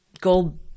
gold